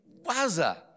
Waza